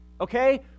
okay